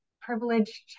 privileged